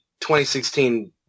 2016